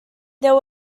there